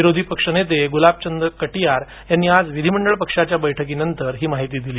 विरोधी पक्षनेते गुलाबचंद कटियार यांनी आज विधिमंडळ पक्षाच्या बैठकीनंतर ही माहिती दिली